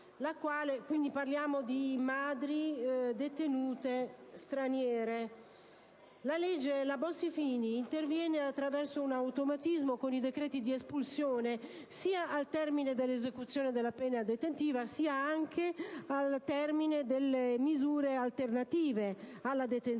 bambini figli di madri detenute straniere. La legge Bossi-Fini interviene attraverso un automatismo con i decreti d'espulsione al termine sia dell'esecuzione della pena detentiva che delle misure alternative alla detenzione.